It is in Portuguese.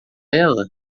ela